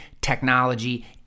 technology